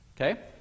Okay